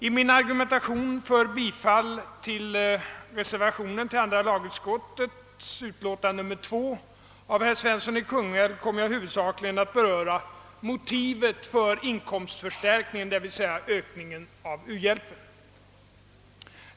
I min argumentation för bifall till reservationen till andra lagutskottets utlåtande nr 2 av herr Svensson i Kungälv kommer jag huvudsakligast att beröra motivet för inkomstförstärkningen, d. v. s. ökningen av u-hjälpen.